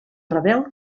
rebel